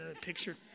picture